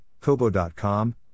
Kobo.com